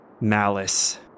malice